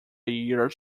years